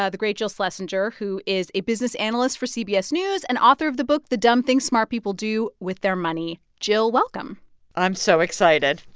ah the great jill schlesinger, who is a business analyst for cbs news and author of the book the dumb things smart people do with their money. jill, welcome i'm so excited